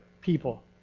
people